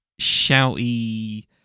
shouty